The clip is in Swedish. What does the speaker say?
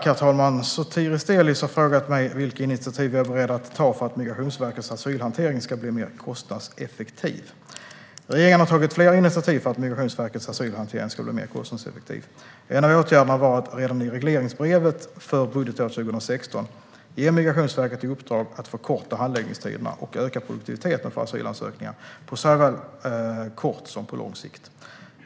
Herr talman! Sotiris Delis har frågat mig vilka initiativ jag är beredd att ta för att Migrationsverkets asylhantering ska bli mer kostnadseffektiv. Regeringen har tagit flera initiativ för att Migrationsverkets asylhantering ska bli mer kostnadseffektiv. En av åtgärderna var att redan i regleringsbrevet för budgetåret 2016 ge Migrationsverket i uppdrag att förkorta handläggningstiderna och öka produktiviteten för asylansökningar såväl på kort som på lång sikt.